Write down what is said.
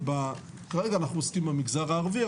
כרגע אנחנו עוסקים במגזר הערבי,